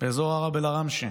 באזור ערב אל-עראמשה.